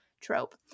trope